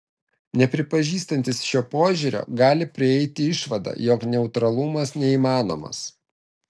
nepripažįstantys šio požiūrio gali prieiti išvadą jog neutralumas neįmanomas